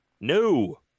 no